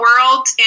World